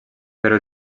però